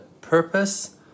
purpose